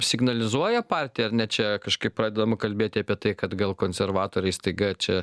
signalizuoja partijai ar ne čia kažkaip pradedama kalbėti apie tai kad gal konservatoriai staiga čia